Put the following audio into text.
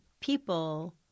people